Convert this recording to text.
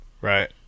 Right